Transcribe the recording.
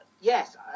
yes